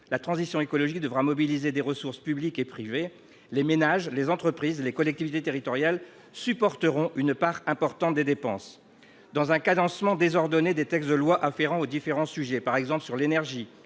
la transition écologique devra mobiliser des ressources publiques et privées ; les ménages, les entreprises et les collectivités territoriales supporteront une part importante des dépenses. Face au cadencement désordonné de textes de loi relatifs à différents sujets – nous sommes